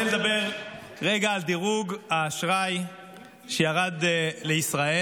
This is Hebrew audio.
אני רוצה לדבר רגע על דירוג האשראי שירד לישראל.